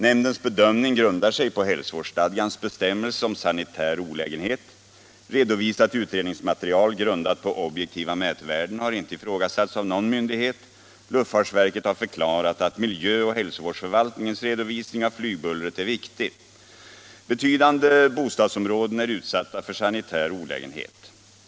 Nämndens bedömning grundar sig på hälsovårdsstadgans bestämmelse om sanitär olägenhet. Redovisat utredningsmaterial, grundat på objektiva mätvärden, har inte i frågasatts av någon myndighet. Luftfartsverket har förklarat att miljöoch hälsovårdsförvaltningens redovisning av flygbullret är riktig. Betydande bostadsområden är utsatta för sanitär olägenhet.